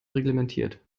reglementiert